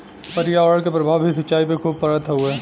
पर्यावरण के प्रभाव भी सिंचाई पे खूब पड़त हउवे